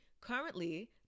Currently